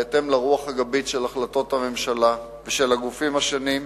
בהתאם לרוח הגבית של החלטות הממשלה ושל הגופים השונים,